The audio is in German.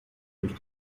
durch